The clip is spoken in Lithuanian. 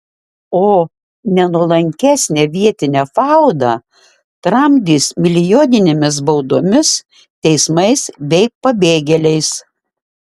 o nenuolankesnę vietinę fauną tramdys milijoninėmis baudomis teismais bei pabėgėliais